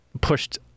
pushed